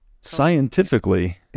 scientifically